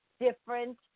different